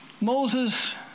Moses